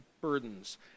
burdens